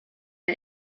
der